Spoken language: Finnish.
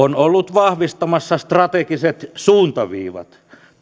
vahvistamassa strategiset suuntaviivat